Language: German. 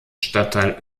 stadtteil